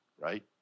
Right